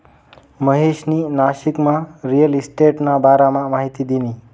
महेशनी नाशिकमा रिअल इशटेटना बारामा माहिती दिनी